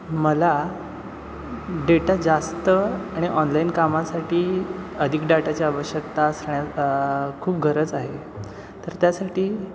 मला डेटा जास्त आणि ऑनलाईन कामासाठी अधिक डाटाची आवश्यकता असण्या खूप गरज आहे तर त्यासाठी